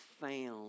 found